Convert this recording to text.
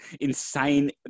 insane